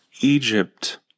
Egypt